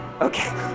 Okay